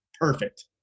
perfect